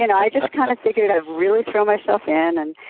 and i just kind of figured i'd really throw myself in and,